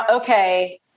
okay